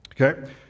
Okay